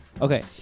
Okay